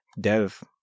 dev